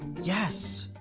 yes,